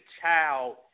child